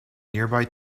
nearby